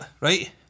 right